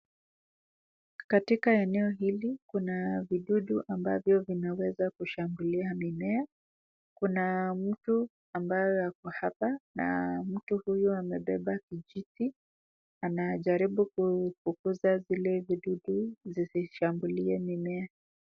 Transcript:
Katika eneo hili kuna vidudu ambavyo vinaweza kushambulia mimea kuna mtu ambaye ako hapa na mtu huyo amebeba kijiti anajaribu kufukuza vile vidudu zisishambulie mimea.